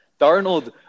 Darnold